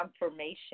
confirmation